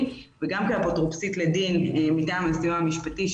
וגם כאפוטרופסית לדין מטעם הסיוע המשפטי,